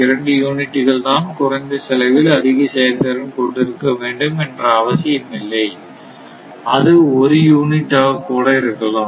2 யூனிட்டுகள் தான் குறைந்த செலவில் அதிக செயல் திறன் கொண்டிருக்க வேண்டும் என அவசியம் இல்லை அது ஒரு யூனிட் ஆக கூட இருக்கலாம்